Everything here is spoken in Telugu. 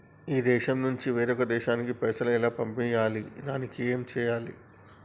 ఈ దేశం నుంచి వేరొక దేశానికి పైసలు ఎలా పంపియ్యాలి? దానికి ఏం చేయాలి?